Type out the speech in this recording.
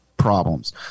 Problems